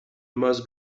maz